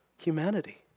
Humanity